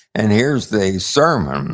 and here's the sermon